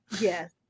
yes